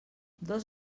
dos